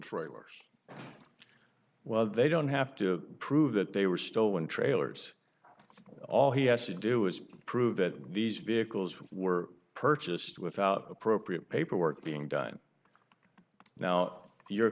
trailers well they don't have to prove that they were stolen trailers all he has to do is prove that these vehicles were purchased without appropriate paperwork being done now you're